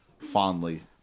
fondly